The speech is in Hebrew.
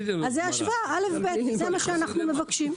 זו השוואה, א-ב, זה מה שאנחנו מבקשים.